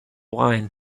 wine